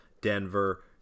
Denver